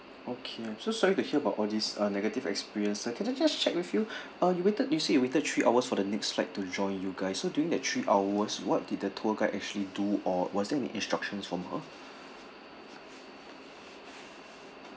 okay I'm so sorry to hear about all these uh negative experience sir can I just check with you uh you waited you say waited three hours for the next flight to join you guys so during that three hours what did the tour guide actually do or was there any instructions from her